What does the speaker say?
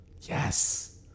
Yes